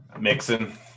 mixing